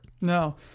No